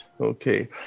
Okay